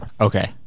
okay